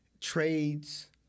trades